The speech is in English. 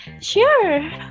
Sure